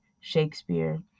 Shakespeare